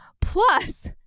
Plus